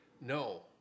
No